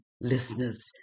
listeners